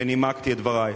ונימקתי את דברי.